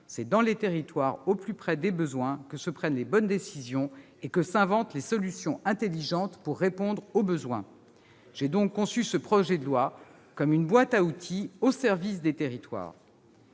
c'est dans les territoires, au plus près des besoins, que se prennent les bonnes décisions et que s'inventent les solutions intelligentes qui répondent aux attentes. J'ai donc conçu ce projet de loi comme une boîte à outils au service des territoires.